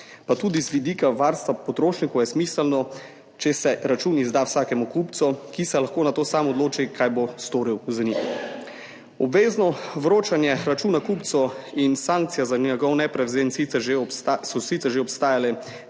Pa tudi z vidika varstva potrošnikov je smiselno, če se račun izda vsakemu kupcu, ki se lahko nato sam odločil, kaj bo storil za njim. Obvezno vročanje računa kupcu in sankcija za njegov neprevzem sta sicer obstajala